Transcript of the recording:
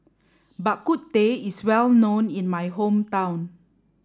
bak kut teh is well known in my hometown